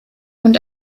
und